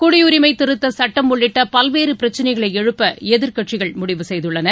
குடியுரிமைதிருத்தசட்டம் உள்ளிட்டபல்வேறுபிரச்சனைகளைழுப்பஎதிர்க்கட்சிகள் முடிவு செய்துள்ளன